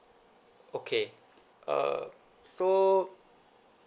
okay err so